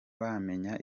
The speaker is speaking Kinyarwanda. bamenya